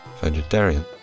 vegetarian